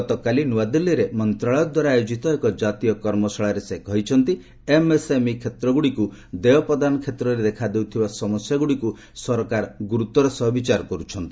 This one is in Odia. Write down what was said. ଗତକାଲି ନ୍ତଆଦିଲ୍ଲୀରେ ମନ୍ତ୍ରଣାଳୟଦ୍ୱାରା ଆୟୋଜିତ ଏକ କାତୀୟ କର୍ମଶାଳାରେ ସେ କହିଛନ୍ତି ଏମ୍ ଏସ୍ ଏମ୍ଇ କ୍ଷେତ୍ରଗୁଡ଼ିକୁ ଦେୟ ପ୍ରଦାନ କ୍ଷେତ୍ରରେ ଦେଖାଦେଉଥିବା ସମସ୍ୟାଗୁଡ଼ିକୁ ସରକାର ଗୁରୁତ୍ୱର ସହ ବିଚାର କରୁଛନ୍ତି